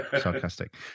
sarcastic